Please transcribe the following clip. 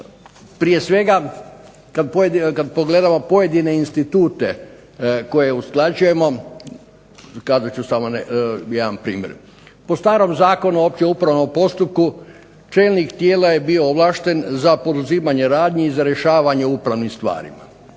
prije svega kad pogledamo pojedine institute koje usklađujemo, kazat ću samo jedan primjer. Po starom Zakonu o općem upravnom postupku čelnik tijela je bio ovlašten za poduzimanje radnji i za rješavanje u upravnim stvarima.